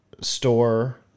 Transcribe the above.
store